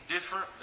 different